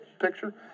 picture